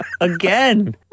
Again